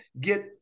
get